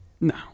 No